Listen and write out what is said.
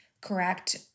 correct